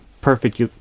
perfect